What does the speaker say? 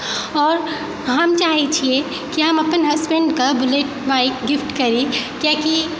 आओर हम चाहैत छियै कि हम अपन हसबेन्डकऽ बुल्लेट बाइक गिफ्ट करी किआकि